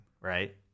right